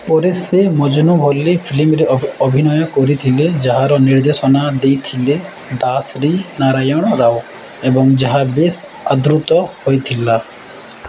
ପରେ ସେ ମଜ୍ନୁ ଭଳି ଫିଲ୍ମରେ ଅଭିନୟ କରିଥିଲେ ଯାହାର ନିର୍ଦ୍ଦେଶନା ଦେଇଥିଲେ ଦାସରି ନାରାୟଣ ରାଓ ଏବଂ ଯାହା ବେଶ ଆଦୃତ ହୋଇଥିଲା